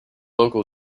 local